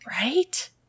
Right